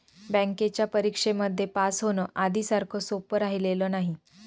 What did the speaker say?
बँकेच्या परीक्षेमध्ये पास होण, आधी सारखं सोपं राहिलेलं नाही